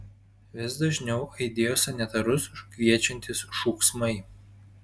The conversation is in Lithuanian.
vis dažniau aidėjo sanitarus kviečiantys šūksmai